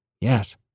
Yes